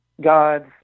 gods